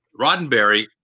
Roddenberry